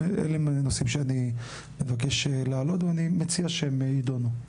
אלה הם הנושאים שאני מבקש להעלות ואני מציע שהם יידונו.